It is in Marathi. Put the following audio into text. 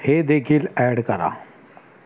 हेदेखील ॲड करा